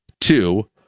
two